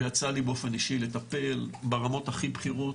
ויצא לי באופן אישי לטפל ברמות הכי בכירות,